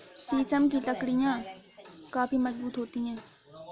शीशम की लकड़ियाँ काफी मजबूत होती हैं